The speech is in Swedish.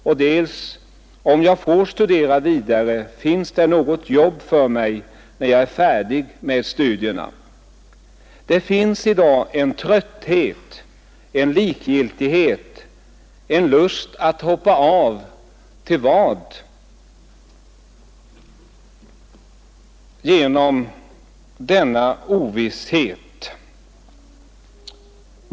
Och om jag får studera vidare, finns det då något jobb för mig när jag är färdig med studierna? Det finns i dag också en trötthet, en likgiltighet, en lust att hoppa av — till vad? — som har sin grund i denna ovisshet.